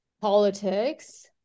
politics